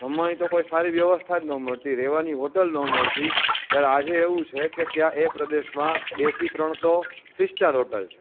જમવાની તો કોઈ સારી વ્યવસ્થા જ ના મળતી રહેવાની હોટલ ન મળતી જ્યારે આજે એવું છે કે ત્યાં એ પ્રદેશમાં બેથી ત્રણ તો થ્રી સ્ટાર હોટલ છે